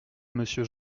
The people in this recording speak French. monsieur